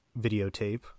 videotape